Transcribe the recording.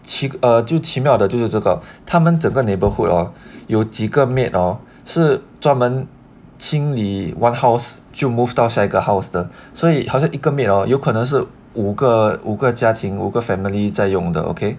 奇 err 就奇妙的就是这个他们整个 neighbourhood hor 有几个 maid hor 是专门清理 one house 就 move 到下一个 house 的所以好像一个 maid hor 有可能是五个五个家庭五个 family 都在用的 okay